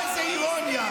תראו איזו אירוניה.